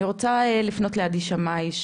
אני רוצה לפנות לעדי שמאי,